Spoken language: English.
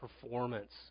performance